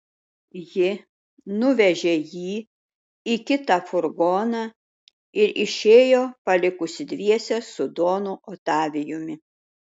ji nuvežė jį į kitą furgoną ir išėjo palikusi dviese su donu otavijumi